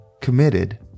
committed